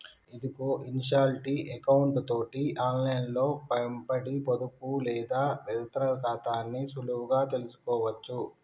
ఇదిగో ఇన్షాల్టీ ఎకౌంటు తోటి ఆన్లైన్లో వెంబడి పొదుపు లేదా వేతన ఖాతాని సులువుగా తెలుసుకోవచ్చు